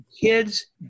Kids